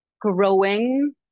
growing